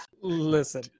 Listen